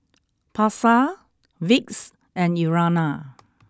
Pasar Vicks and Urana